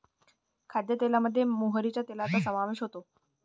खाद्यतेलामध्ये मोहरीच्या तेलाचा समावेश होतो